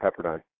Pepperdine